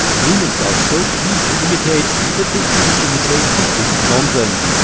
humans are so keen to imitate that they even imitate complete nonsense,